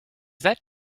that